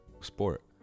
sport